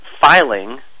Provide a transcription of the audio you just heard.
filing